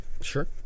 Sure